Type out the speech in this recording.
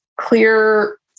clear